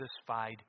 satisfied